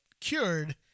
cured